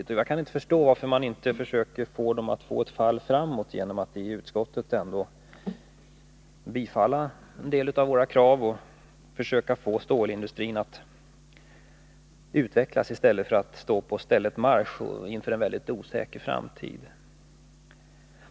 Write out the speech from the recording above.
Och jag kan inte förstå varför man inte försöker få ett fall framåt för dem, när en del av våra krav har tillstyrkts av utskottet, och försöker få stålindustrin att utvecklas i stället för att stå på stället marsch inför en mycket osäker framtid.